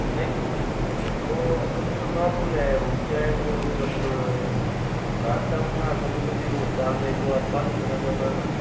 नहीं वो अभी तो नॉर्मल है वो क्या है वो जब नहाता हूँ ना कभी कभी वो साल में एक दो बार पानी चला जाता है ना